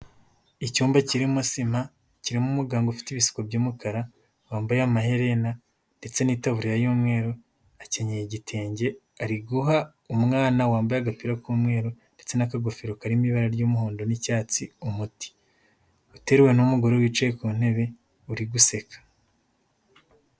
Icyumba kirimo sima, kirimo umuganga ufite ibisuko by'umukara, wambaye amaherena, ndetse n'itaburiya y'umweru, akenyeye igitenge, ari guha umwana wambaye agapira k'umweru, ndetse n'akagofero karimo ibara ry'umuhondo n'icyatsi, umuti, uteruwe n'umugore wicaye ku ntebe, uri guseka.